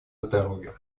здоровья